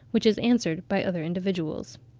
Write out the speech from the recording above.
which is answered by other individuals.